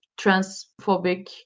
transphobic